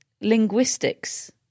linguistics